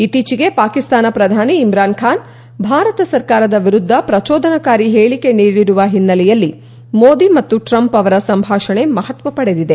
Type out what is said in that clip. ಇತ್ತೀಚೆಗೆ ಪಾಕಿಸ್ತಾನ ಪ್ರಧಾನಿ ಇಮ್ರಾನ್ ಖಾನ್ ಭಾರತ ಸರ್ಕಾರದ ವಿರುದ್ದ ಪ್ರಚೋದನಾಕಾರಿ ಹೇಳಿಕೆ ನೀಡಿರುವ ಹಿನ್ನೆಲೆಯಲ್ಲಿ ಮೋದಿ ಮತ್ತು ಟ್ರಂಪ್ ಅವರ ಸಂಭಾಷಣೆ ಮಹತ್ವ ಪಡೆದಿದೆ